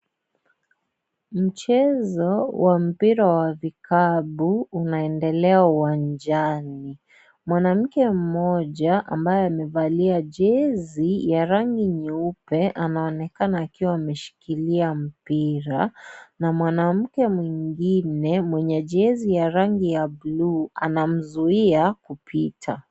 Mchezo wa mpira wa vikapu unaendelea uwanjani , mwanamke mmoja ambaye amevalia jezi ya rangi nyeupe anaonekana akiwa ameshikilia mpira na mwanamke mwingine mwenye jezi ya rangi ya bluu anamzuia kupita.